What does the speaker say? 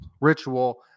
ritual